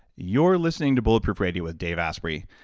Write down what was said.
you're listening to bulletproof radio with dave asprey.